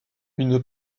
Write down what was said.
une